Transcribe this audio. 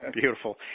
beautiful